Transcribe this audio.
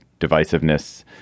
divisiveness